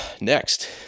Next